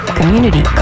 Community